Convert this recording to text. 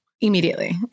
Immediately